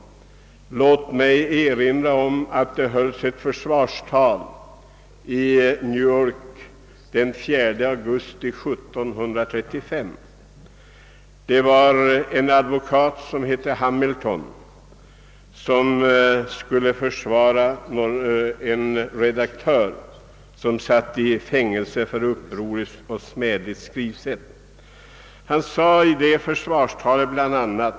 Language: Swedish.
Låt mig erinra om en advokat, som hette Hamilton och som den 4 augusti 1735 i New York höll ett försvarstal för en redaktör som satt i fängelse för upproriskt och smädligt skrivsätt. Hamilton sade därvid bl.a.